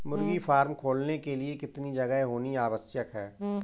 मुर्गी फार्म खोलने के लिए कितनी जगह होनी आवश्यक है?